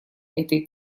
этой